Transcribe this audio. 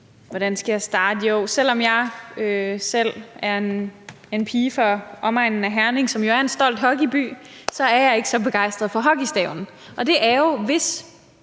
Hvordan skal jeg starte? Jo, selv om jeg selv er en pige fra omegnen af Herning, som jo er en stolt hockeyby, så er jeg ikke så begejstret for hockeystaven, som det jo er, hvis